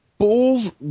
Bulls